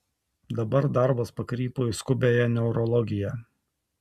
dabar darbas pakrypo į skubiąją neurologiją